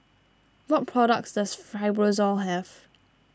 what products does Fibrosol have